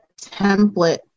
template